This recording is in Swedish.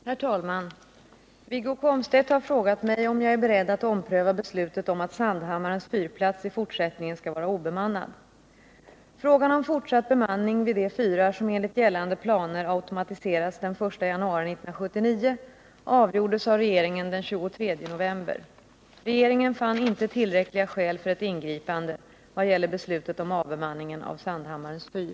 Herr talman! Wiggo Komstedt har frågat mig om jag är beredd att ompröva beslutet om att Sandhammarens fyrplats i fortsättningen skall vara obemannad. Frågan om fortsatt bemanning vid de fyrar som enligt gällande planer automatiseras den 1 januari 1979 avgjordes av regeringen den 23 november. Regeringen fann inte tillräckliga skäl för ett ingripande i vad gäller beslutet om avbemanningen av Sandhammarens fyr.